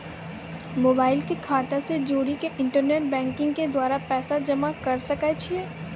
Mobile के खाता से जोड़ी के इंटरनेट बैंकिंग के द्वारा पैसा जमा करे सकय छियै?